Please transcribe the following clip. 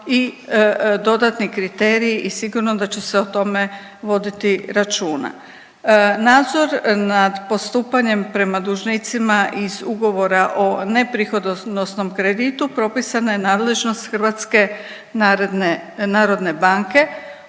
i dodatni kriteriji i sigurno da će se o tome voditi računa. Nadzor nad postupanjem prema dužnicima iz ugovora o neprihodonosnom kreditu propisana je nadležnost HNB-a, a u odnosu na